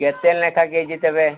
କେତେ ଲେଖାଏଁ K G ତେବେ